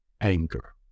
Anger